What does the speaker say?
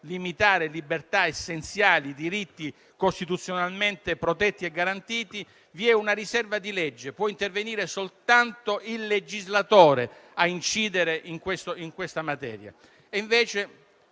limitare libertà essenziali e diritti costituzionalmente protetti e garantiti; può intervenire soltanto il legislatore per incidere in questa materia.